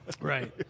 right